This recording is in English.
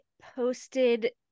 posted